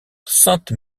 sainte